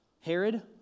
Herod